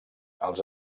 els